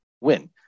win